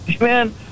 man